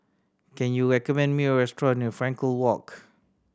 can you recommend me a restaurant near Frankel Walk